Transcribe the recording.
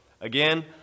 again